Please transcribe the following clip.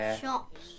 shops